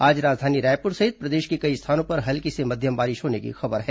आज राजधानी रायपुर सहित प्रदेश के कई स्थानों पर हल्की से मध्यम बारिश होने की खबर है